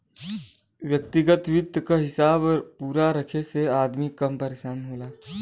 व्यग्तिगत वित्त क हिसाब पूरा रखे से अदमी कम परेसान होला